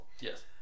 Yes